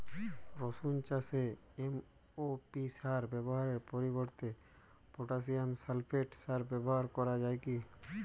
রসুন চাষে এম.ও.পি সার ব্যবহারের পরিবর্তে পটাসিয়াম সালফেট সার ব্যাবহার করা যায় কি?